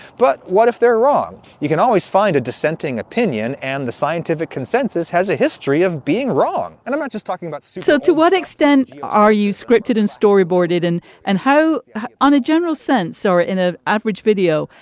but what if they're wrong? you can always find a dissenting opinion. and the scientific consensus has a history of being wrong. and i'm not just talking about so so to what extent are you scripted and storyboarded and and how on a general sense or in a average video,